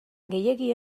gehiegi